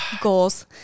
Goals